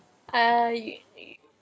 I